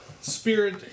Spirit